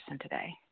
today